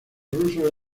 rusos